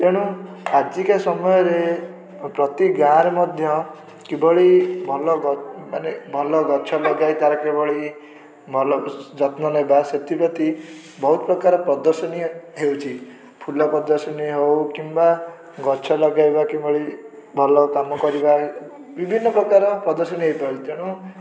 ତେଣୁ ଆଜିକା ସମୟରେ ଓ ପ୍ରତି ଗାଁରେ ମଧ୍ୟ କେଉଁଭଳି ଭଲଗ ମାନେ ଭଲ ଗଛ ଲଗାଇ ତା'ର କେଉଁଭଳି ଭଲ ଯତ୍ନନେବା ସେଥିପ୍ରତି ବହୁତ ପ୍ରକାର ପ୍ରଦର୍ଶିନୀ ହେଉଛି ଫୁଲ ପ୍ରଦର୍ଶିନୀ ହେଉ କିମ୍ବା ଗଛ ଲଗାଇବା କେଉଁଭଳି ଭଲ କାମ କରିବା ବିଭିନ୍ନ ପ୍ରକାର ପ୍ରଦର୍ଶିନୀ ହେଇପାରୁଛି ତେଣୁ